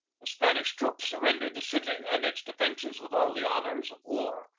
the spanish troops surrendered the city and its defences with all the honors of war,